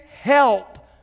help